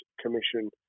Commission